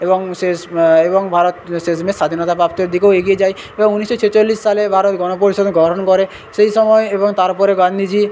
এবং শেষ এবং ভারত শেষমেশ স্বাধীনতা প্রাপ্তির দিকেও এগিয়ে যায় এবং ঊনিশশো ছেচল্লিশ সালে ভারত গণপরিষদ গঠন করে সেই সময় এবং তারপরে গান্ধীজি